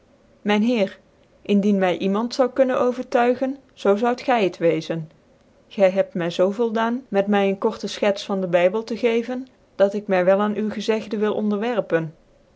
mijn heer indien men iemand zoude kunnen overtuigen zoo zoud gy het wezen gy hebt my zoo voldaan met my een korte fchets van den bybel te geven dat ik my wel aan u gezegde gcfchiedcnis van dc wil onderwerpen